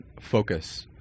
focus